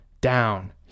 down